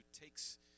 takes